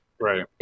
right